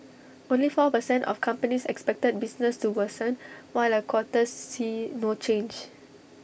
only four per cent of companies expected business to worsen while A quarter see no change